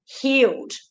healed